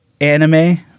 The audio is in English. anime